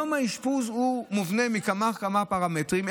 יום האשפוז בנוי מכמה וכמה פרמטרים,